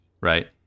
right